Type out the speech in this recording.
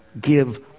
give